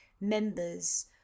members